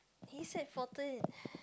he said fourteen